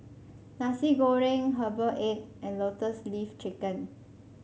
Nasi Goreng Herbal Egg and Lotus Leaf Chicken